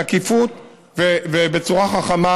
תקיפות בצורה חכמה,